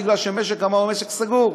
בגלל שמשק המים הוא משק סגור.